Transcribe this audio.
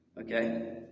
Okay